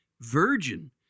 virgin